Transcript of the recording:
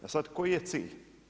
E sad koji je cilj?